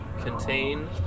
contain